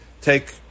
take